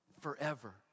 forever